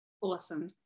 Awesome